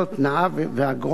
תנאיו ואגרות),